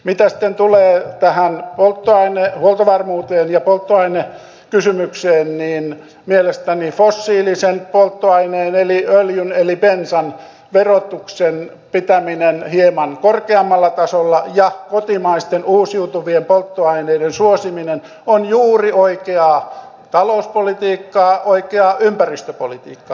mitä tulee tähän polttoainehuoltovarmuuteen ja polttoainekysymykseen niin mielestäni fossiilisen polttoaineen eli öljyn eli bensan verotuksen pitäminen hieman korkeammalla tasolla ja kotimaisten uusiutuvien polttoaineiden suosiminen on juuri oikeaa talouspolitiikkaa oikeaa ympäristöpolitiikkaa